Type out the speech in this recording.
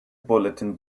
bulletin